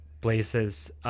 places